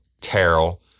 Terrell